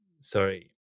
sorry